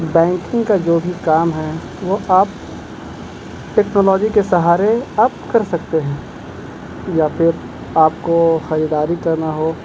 banking کا جو بھی کام ہے وہ آپ ٹیکنالوجی کے سہارے آپ کر سکتے ہیں یا پھر آپ کو خریداری کرنا ہو